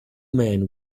men